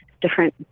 different